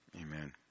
Amen